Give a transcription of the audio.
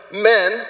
men